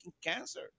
cancer